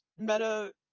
meta